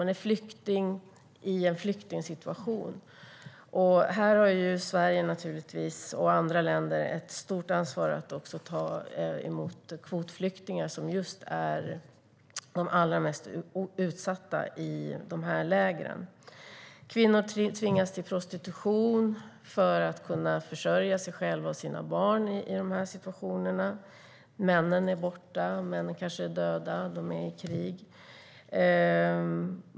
De är alltså flyktingar i en flyktingsituation. Sverige och andra länder har ett stort ansvar för att ta emot kvotflyktingar som är just de allra mest utsatta i lägren. Kvinnor tvingas till prostitution för att kunna försörja sig själva och sina barn. Männen är borta, kanske döda eller i krig.